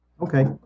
okay